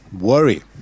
worry